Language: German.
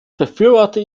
befürworte